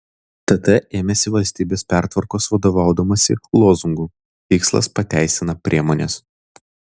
tt ėmėsi valstybės pertvarkos vadovaudamasi lozungu tikslas pateisina priemones